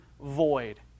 void